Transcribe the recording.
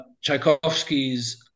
Tchaikovsky's